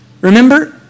Remember